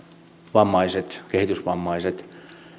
vammaiset kehitysvammaiset